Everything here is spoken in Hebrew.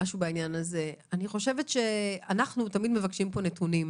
אנחנו תמיד מבקשים פה נתונים,